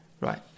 right